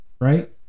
right